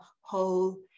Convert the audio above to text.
whole